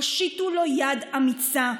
הושיטו להם יד אמיצה.